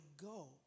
go